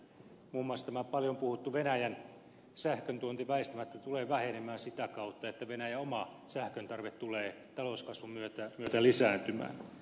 muun muassa tämä paljon puhuttu sähköntuonti venäjältä väistämättä tulee vähenemään sitä kautta että venäjän oma sähköntarve tulee talouskasvun myötä lisääntymään